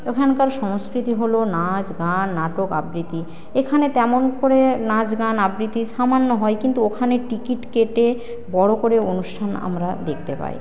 ওখানকার সংস্কৃতি হল নাচ গান নাটক আবৃত্তি এখানে তেমন করে নাচ গান আবৃত্তি সামান্য হয় কিন্তু ওখানে টিকিট কেটে বড়ো করে অনুষ্ঠান আমরা দেখতে পাই